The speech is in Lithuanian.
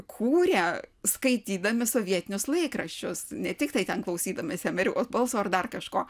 kūrė skaitydami sovietinius laikraščius ne tiktai ten klausydamiesi amerikos balso ar dar kažko